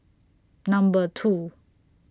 Number two